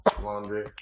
laundry